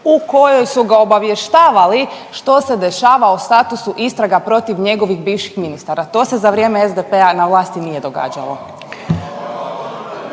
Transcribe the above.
u kojoj su ga obavještavali što se dešava o statusu istraga protiv njegovih bivših ministara. To se za vrijeme SDP-a na vlasti nije događalo.